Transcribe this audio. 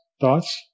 thoughts